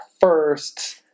first